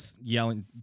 yelling